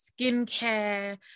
skincare